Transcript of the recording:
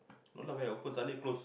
no lah we're open Sunday close